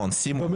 שרון ניר, בבקשה.